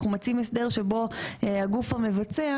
אנחנו מציעים הסדר שבו הגוף המבצע,